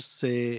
say